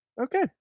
Okay